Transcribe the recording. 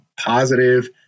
positive